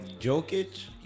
Jokic